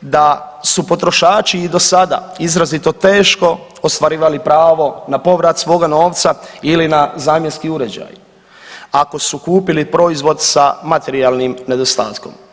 da su potrošači i do sada izrazito teško ostvarivali pravo na povrat svoga novca ili na zamjenski uređaj ako su kupili proizvod sa materijalnim nedostatkom.